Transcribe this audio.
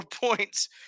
points